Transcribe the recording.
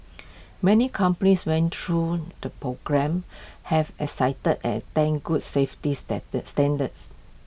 many companies went through the programme have exited and attained good safety standards